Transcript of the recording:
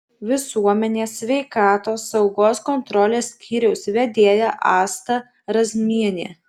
visuomenės sveikatos saugos kontrolės skyriaus vedėja asta razmienė